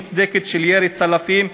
אוקטובר 2000,